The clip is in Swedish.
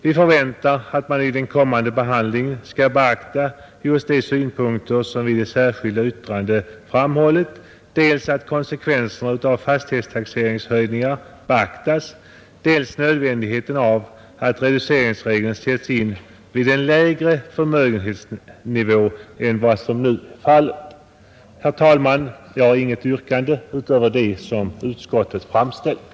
Vi förväntar att man vid den kommande behandlingen skall beakta just de synpunkter som vi i vårt särskilda yttrande framhållit, dels att konsekvenserna av fortsatta taxeringsvärdeshöjningar beaktas, dels nödvändigheten av att reduceringsregeln sätts in vid en lägre förmögenhetsnivå än vad som nu är fallet. Herr talman! Jag har intet yrkande utöver det som utskottet framställt.